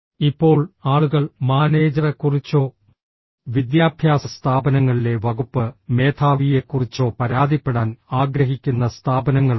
ഇപ്പോൾ ആളുകൾ മാനേജറെക്കുറിച്ചോ വിദ്യാഭ്യാസ സ്ഥാപനങ്ങളിലെ വകുപ്പ് മേധാവിയെക്കുറിച്ചോ പരാതിപ്പെടാൻ ആഗ്രഹിക്കുന്ന സ്ഥാപനങ്ങളുണ്ട്